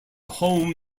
home